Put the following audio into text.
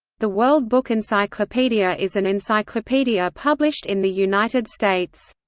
the world book encyclopedia is an encyclopedia published in the united states.